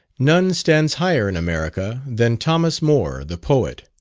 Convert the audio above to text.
none stands higher in america than thomas moore, the poet.